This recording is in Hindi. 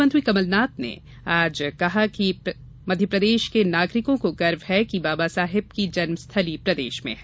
मुख्यमंत्री कमलनाथ ने कहा कि मध्यप्रदेश के नागरिकों को गर्व है कि बाबा साहेब की जन्म स्थली प्रदेश में है